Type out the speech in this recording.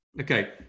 Okay